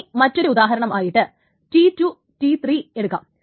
ഇനി നമുക്ക് മറ്റൊരു ഉദാഹരണമായിട്ട് T 2 T3 എടുക്കാം